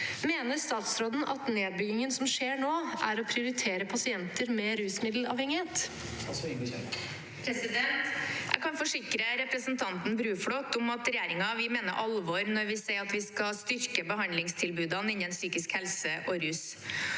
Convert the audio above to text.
Mener statsråden at nedbyggingen som skjer nå, er å prioritere pasienter med rusmiddelavhengighet?» Statsråd Ingvild Kjerkol Jeg kan forsikre representanten Bruflot om at regjeringen mener alvor når vi sier at vi skal styrke behandlingstilbudene innen psykisk helse og rus.